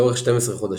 לאורך 12 חודשים.